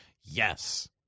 Yes